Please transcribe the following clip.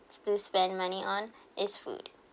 still spend money on is food